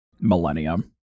millennium